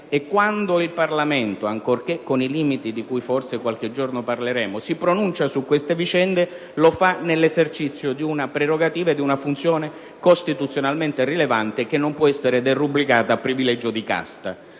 quando il Parlamento, ancorché con i limiti di cui forse qualche giorno parleremo, si pronuncia su queste vicende, lo fa nell'esercizio di una prerogativa e di una funzione costituzionalmente rilevante, che non può essere derubricata a privilegio di casta.